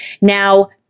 Now